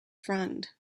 friend